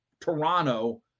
Toronto